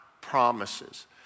promises